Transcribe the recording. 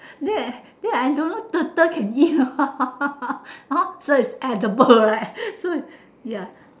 there there I don't know turtle can eat hor hor so it's edible right so it's ya